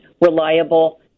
reliable